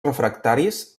refractaris